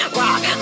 rock